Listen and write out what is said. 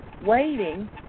waiting